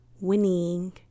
Winning